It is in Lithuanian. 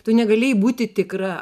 tu negalėjai būti tikra